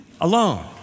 alone